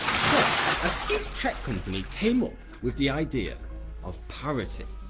so a few tech companies came up with the idea of parity.